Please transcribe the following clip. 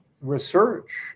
research